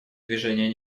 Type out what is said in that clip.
движения